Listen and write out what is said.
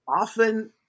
often